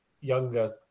younger